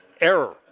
Error